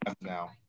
now